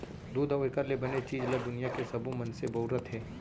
दूद अउ एकर ले बने चीज ल दुनियां के सबो मनसे बउरत हें